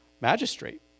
magistrate